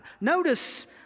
Notice